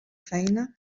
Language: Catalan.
feina